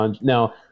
Now